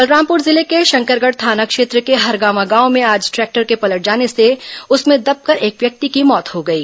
बलरामपुर जिले के शंकरगढ़ थाना क्षेत्र के हरगावां गांव में आज ट्रैक्टर के पलट जाने से उसमें दबकर एक व्यक्ति की ॅमौत हो गई